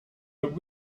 but